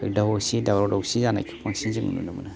होगदाव होसि दावराव दावसि जानायखौ बांसिन जों नुनो मोनो